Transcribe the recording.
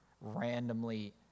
randomly